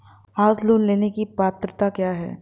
House loan लेने की पात्रता क्या है?